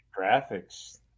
Graphics